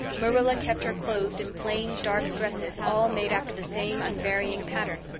marilla kept her clothed in plain, dark dresses, all made after the same unvarying pattern.